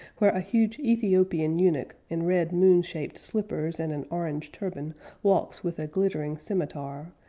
where a huge ethiopian eunuch in red moon-shaped slippers and an orange turban walks with a glittering scimetar,